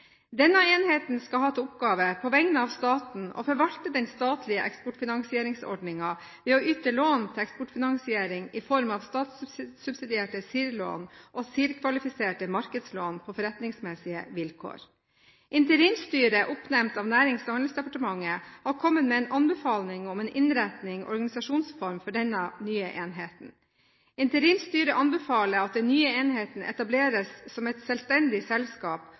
Denne enheten skal på vegne av staten ha som oppgave å forvalte den statlige eksportfinansieringsordningen ved å yte lån til eksportfinansiering i form av statssubsidierte CIRR-lån og CIRR-kvalifiserte markedslån på forretningsmessige vilkår. Interimstyret, oppnevnt av Nærings- og handelsdepartementet, har kommet med en anbefaling om en innretning og organisasjonsform for denne nye enheten. Interimstyret anbefaler at den nye enheten etableres som et selvstendig selskap,